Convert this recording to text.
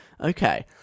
Okay